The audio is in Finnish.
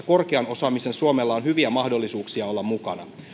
korkean osaamisen suomella on hyviä mahdollisuuksia olla mukana